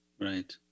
Right